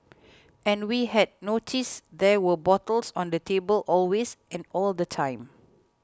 and we had noticed there were bottles on the table always and all the time